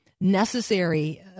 necessary